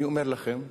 אני אומר לכם,